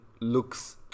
looks